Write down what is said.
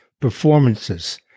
performances